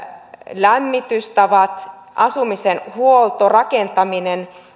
lämmitystavat asumisen huoltorakentaminen